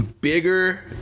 bigger